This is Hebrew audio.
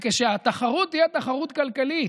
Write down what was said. כשהתחרות תהיה תחרות כלכלית